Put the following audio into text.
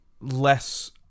less